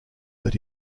that